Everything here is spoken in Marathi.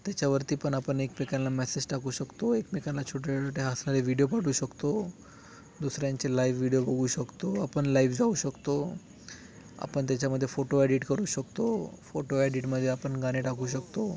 त्याच्यावरती पण आपण एकमेकांला मेसेज टाकू शकतो एकमेकांना छोटे छोटे हसणारे व्हिडीओ पाठवू शकतो दुसऱ्यांचे लाईव्ह व्हिडीओ बघू शकतो आपण लाईव्ह जाऊ शकतो आपण त्याच्यामध्ये फोटो एडिट करू शकतो फोटो एडिटमध्ये आपण गाणे टाकू शकतो